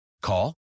Call